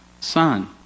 son